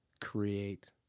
Create